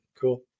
Cool